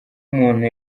umuntu